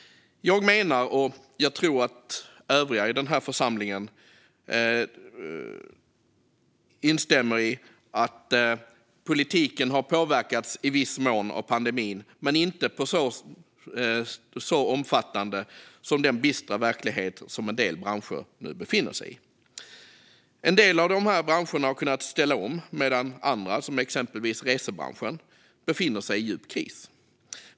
Jag menar - och jag tror att övriga i denna församling instämmer - att politiken i viss mån har påverkats av pandemin men inte så omfattande i jämförelse med den bistra verklighet som en del branscher nu befinner sig i. En del av dessa har kunnat ställa om, medan andra, exempelvis resebranschen, befinner sig i djup kris.